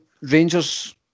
Rangers